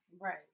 Right